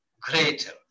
greater